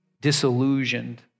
disillusioned